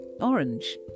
Orange